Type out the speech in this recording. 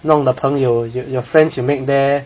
弄的朋友 you~ your friends you make there